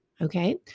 okay